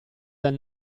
dal